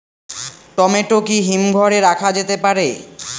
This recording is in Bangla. টমেটো কি হিমঘর এ রাখা যেতে পারে?